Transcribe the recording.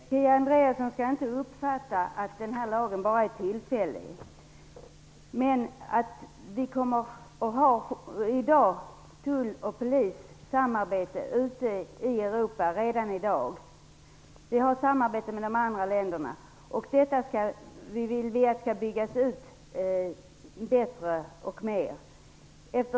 Fru talman! Kia Andreasson skall inte uppfatta det så att den här lagen bara är tillfällig. Vi har redan i dag tull och polissamarbete med de andra länderna i Europa. Det vill vi skall byggas ut.